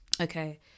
okay